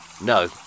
No